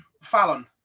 Fallon